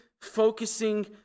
focusing